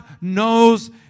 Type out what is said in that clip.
knows